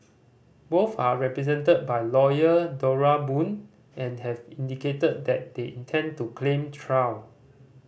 both are represented by lawyer Dora Boon and have indicated that they intend to claim trial